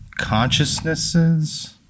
consciousnesses